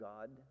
God